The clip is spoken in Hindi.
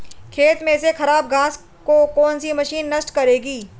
खेत में से खराब घास को कौन सी मशीन नष्ट करेगी?